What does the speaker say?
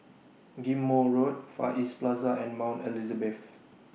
Ghim Moh Road Far East Plaza and Mount Elizabeth